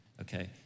okay